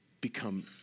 become